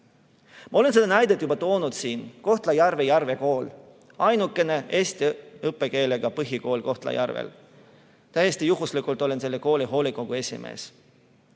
Ma olen seda näidet juba toonud siin: Kohtla-Järve Järve kool, ainuke eesti õppekeelega põhikool Kohtla-Järvel. Täiesti juhuslikult olen selle kooli hoolekogu esimees.